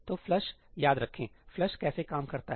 तो फ्लश याद रखें फ्लश कैसे काम करता है